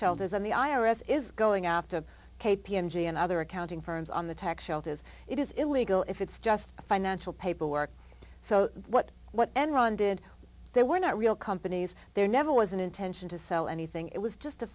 shelters and the i r s is going after a k p n g and other accounting firms on the tax shelters it is illegal if it's just a financial paperwork so what enron did they were not real companies there never was an intention to sell anything it was just a